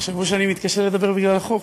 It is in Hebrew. יחשבו שאני מתקשה לדבר בגלל החוק.